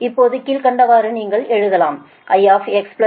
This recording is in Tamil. இப்போது கீழ்கண்டவாறு நீங்கள் எழுதலாம் Ix∆x I∆x yVx∆x